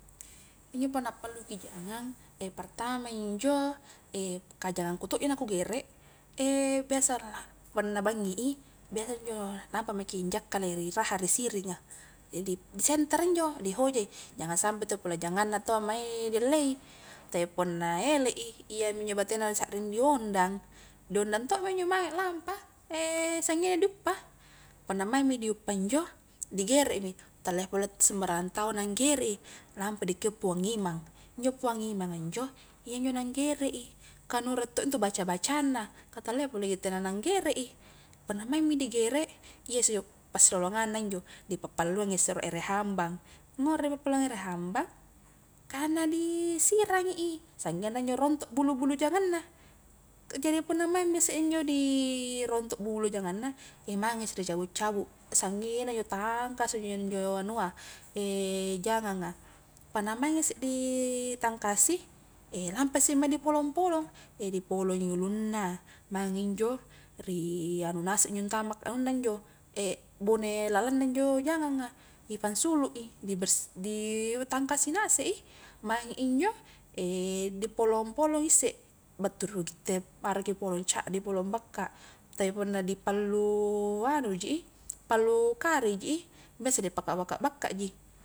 Injo punna palluki jangang, e pertama injo ka jangangku todoji la kugere biasa la punna bangi i biasami njo lampa mki njakkalai ri raha ri siringa, disenterei injo dihojai jangan sampai to pole janganna taua mai di allei, tapi punna ele i iyami injo batena sarring di ondang di ondang to mi injo mae lampa sanggengna di uppa, punna maingmi di uppa injo digeremi, talia pole sembarangang tau nanggerei, lapa dikip puang i mang, injo puang i manga injoiya njo na nggerei, kah nurie to ntu baca-bacanna, kah talia pole kitte na langgere i, punnamaingmi digere iyasse pasilalonganna injo, dipappalluang isse ro ere hambang, pappalluang ere hambang ka na disirangi i sanggengna injo rontok bulu-bulu jaganna, jadi punna maingmi isse injo di rontok bulu-bulu janganna, mange isse ricabut-cabut sanggengna injo tangkasa injo njo anua janganga, panna maing isse di tangkasi, lampa isse maing di polong-polong, di polongi ulunna maing injo ri anu ngase njo antama anunna injo, bone lalangna injo janganga, dipansulu i, dibersi ditangkasi ngase i, maing injo di polong-polong isse battu ru kitte araki polong caddi polong bakka, tapi punna di pallu anu ji i, pallu kare ji i biasa diapabakka-bakka ji.